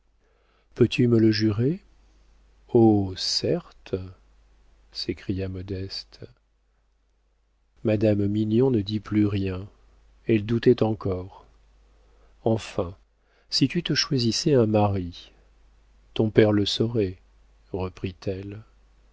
peux-tu me le jurer oh certes s'écria modeste madame mignon ne dit plus rien elle doutait encore enfin si tu te choisissais un mari ton père le saurait